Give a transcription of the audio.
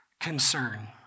concern